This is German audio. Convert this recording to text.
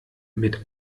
mit